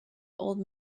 old